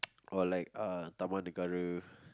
or like uh Taman-Negara